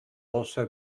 also